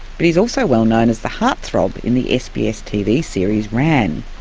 but he's also well known as the heartthrob in the sbs tv series ran.